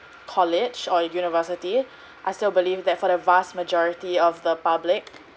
college or university I still believe that for the vast majority of the public